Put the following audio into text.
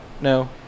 No